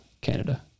Canada